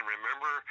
Remember